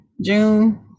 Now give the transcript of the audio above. June